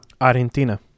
Argentina